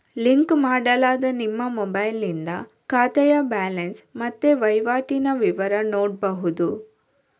link ಮಾಡಲಾದ ನಿಮ್ಮ ಮೊಬೈಲಿನಿಂದ ಖಾತೆಯ ಬ್ಯಾಲೆನ್ಸ್ ಮತ್ತೆ ವೈವಾಟಿನ ವಿವರ ನೋಡ್ಬಹುದು